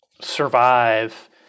survive